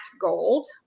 gold